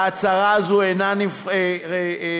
ההצעה הזאת אינה אפויה,